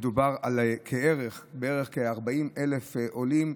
מדובר על בערך 40,000 עולים,